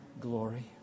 glory